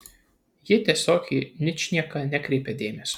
ji tiesiog į ničnieką nekreipė dėmesio